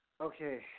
Okay